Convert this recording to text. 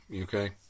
okay